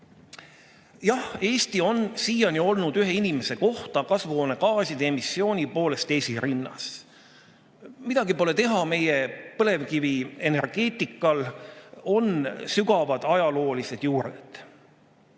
Eesti on siiani olnud ühe inimese kohta kasvuhoonegaaside emissiooni poolest esirinnas. Midagi pole teha, meie põlevkivienergeetikal on sügavad ajaloolised juured.